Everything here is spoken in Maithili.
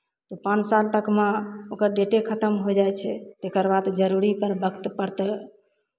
पाँच साल तकमे ओकर डेटे खतम होइ जाइ छै तकर बाद जरूरी पर वक्तपर तऽ